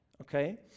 Okay